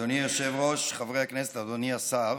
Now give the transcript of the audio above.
אדוני היושב-ראש, חברי הכנסת, אדוני השר,